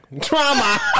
Trauma